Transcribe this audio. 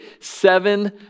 seven